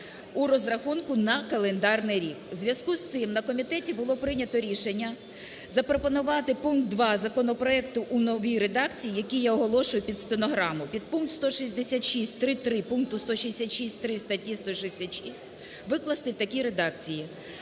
у розрахунку на календарний рік. В зв'язку з цим на комітеті було прийнято рішення запропонувати пункт 2 законопроекту у новій редакції, який я оголошую під стенограму. Підпункт 166.3.3 пункту 166.3 статті